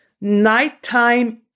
nighttime